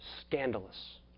scandalous